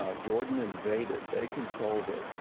ah jordan invaded. they controlled it.